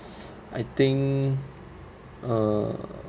I think uh